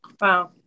Wow